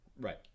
Right